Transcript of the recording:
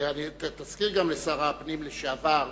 שר הפנים לשעבר,